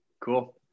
Cool